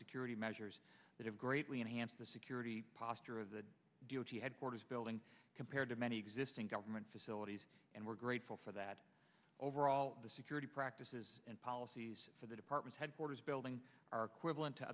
security measures that have greatly enhanced the security posture of the d o t headquarters building compared to many existing government facilities and we're grateful for that overall the security practices and policies for the department headquarters building our equivalent to